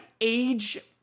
age